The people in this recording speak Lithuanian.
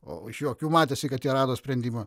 o iš jų akių matėsi kad jie rado sprendimą